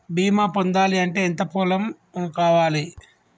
బీమా పొందాలి అంటే ఎంత పొలం కావాలి?